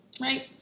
right